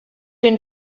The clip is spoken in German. den